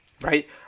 right